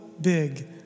big